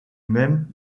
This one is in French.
même